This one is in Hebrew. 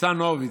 ניצן הורוביץ,